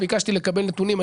ביקשתי לקבל נתונים.